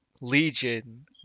Legion